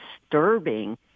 disturbing